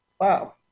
Wow